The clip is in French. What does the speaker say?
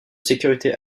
sécurité